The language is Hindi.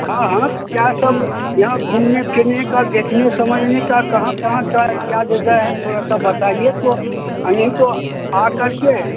हाँ हाँ क्या सब यहाँ घूमने फिरने का देखने समझने का कहाँ कहाँ क्या क्या जगह है थोड़ा सा बताइए तो नहीं तो आकर के